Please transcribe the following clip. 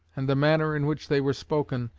and the manner in which they were spoken,